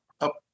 up